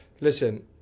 listen